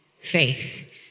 Faith